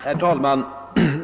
Herr talman!